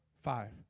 five